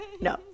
no